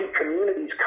communities